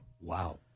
Wow